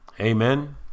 Amen